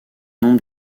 nombre